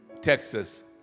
Texas